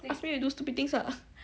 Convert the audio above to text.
then don't ask me to do stupid things ah